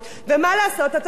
אתם לא אוהבים את זה.